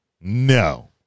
No